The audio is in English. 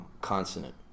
Consonant